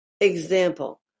Example